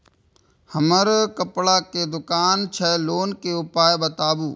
हमर कपड़ा के दुकान छै लोन के उपाय बताबू?